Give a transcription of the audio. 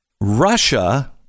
Russia